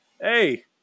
Hey